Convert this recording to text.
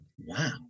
wow